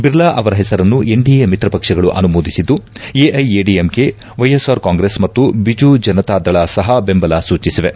ಬಿರ್ಲಾ ಅವರ ಹೆಸರನ್ನು ಎನ್ಡಿಎ ಮಿತ್ರ ಪಕ್ಷಗಳು ಅನುಮೋದಿಸಿದ್ದು ಎಐಎಡಿಎಂಕೆ ವೈಎಸ್ಆರ್ ಕಾಂಗ್ರೆಸ್ ಮತ್ತು ಬಿಜು ಜನತಾ ದಳ ಸಹಾ ಬೆಂಬಲ ಸೂಚಿಸಿವೆ